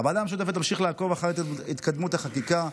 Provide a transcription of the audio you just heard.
הוועדה המשותפת תמשיך לעקוב אחר התקדמות החקיקה,